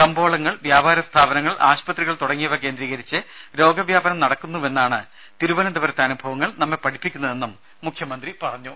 കമ്പോളങ്ങൾ വ്യാപാര സ്ഥാപനങ്ങൾ ആശുപത്രികൾ തുടങ്ങിയവ കേന്ദ്രീകരിച്ച് രോഗവ്യാപനം നടക്കുന്നുവെന്നാണ് തിരുവനന്തപുരത്തെ അനുഭവങ്ങൾ നമ്മെ പഠിപ്പിക്കുന്നതെന്നും മുഖ്യമന്ത്രി പറഞ്ഞു